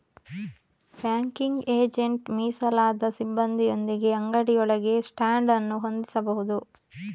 banking agent ಮೀಸಲಾದ ಸಿಬ್ಬಂದಿಯೊಂದಿಗೆ ಅಂಗಡಿಯೊಳಗೆ ಸ್ಟ್ಯಾಂಡ್ ಅನ್ನು ಹೊಂದಿಸಬಹುದು